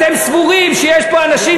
אתם עושים בו שימוש,